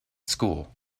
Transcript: school